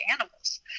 animals